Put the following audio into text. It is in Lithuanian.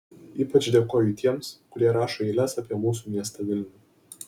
ypač dėkoju tiems kurie rašo eiles apie mūsų miestą vilnių